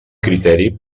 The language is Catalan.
criteri